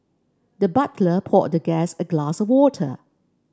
the butler poured the guest a glass of water